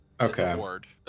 Okay